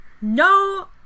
No